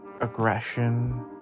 aggression